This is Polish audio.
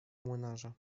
młynarza